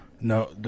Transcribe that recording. No